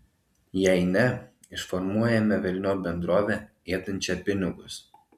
jei ne išformuojame velniop bendrovę ėdančią pinigus